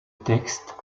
textes